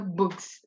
books